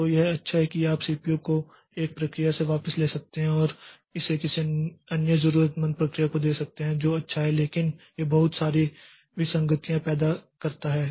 तो यह अच्छा है कि आप सीपीयू को एक प्रक्रिया से वापस ले सकते हैं और इसे किसी अन्य ज़रूरतमंद प्रक्रिया को दे सकते हैं जो अच्छा है लेकिन यह बहुत सारी विसंगतियां पैदा करता है